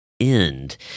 end